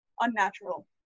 unnatural